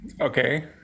Okay